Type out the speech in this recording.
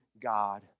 God